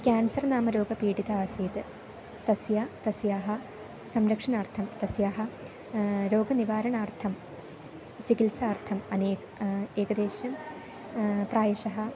cancer नाम रोगपीडिता आसीत् तस्य तस्याः संरक्षणार्थं तस्याः रोगनिवारणार्थं चिकिल्सार्थम् अनेके एकदेशं प्रायशः